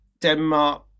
Denmark